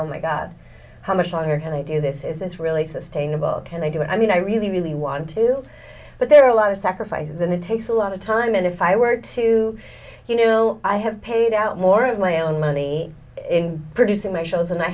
oh my god how much longer had i do this is this really sustainable can i do it i mean i really really want to but there are a lot of sacrifices and it takes a lot of time and if i were to you know i have paid out more of my own money in producing my shows and i